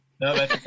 No